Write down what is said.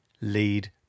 lead